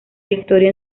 victoria